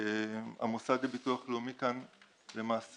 המוסד לביטוח לאומי כאן למעשה,